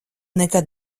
nekad